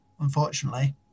unfortunately